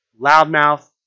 loudmouth